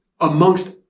amongst